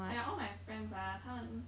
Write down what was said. !aiya! all my friends ah 他们